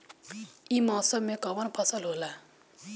ई मौसम में कवन फसल होला?